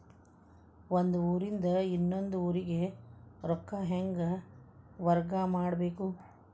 ಒಂದ್ ಊರಿಂದ ಇನ್ನೊಂದ ಊರಿಗೆ ರೊಕ್ಕಾ ಹೆಂಗ್ ವರ್ಗಾ ಮಾಡ್ಬೇಕು?